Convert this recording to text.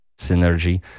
Synergy